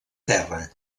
terra